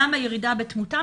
למה ירידה בתמותה?